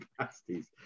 pasties